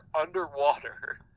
underwater